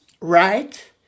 right